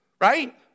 Right